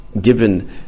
given